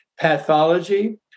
pathology